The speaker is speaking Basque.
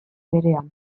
berean